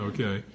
Okay